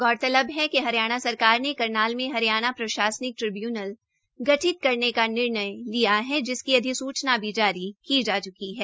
गौरतबल है कि हरियाणा सरकार ने करनाल में हरियाणा प्रशासनिक ट्रिबयूनल गठित करने का निर्णय लिया है जिसकी अधिसूचना भी जारी की जा च्की है